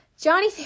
johnny